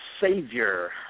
Savior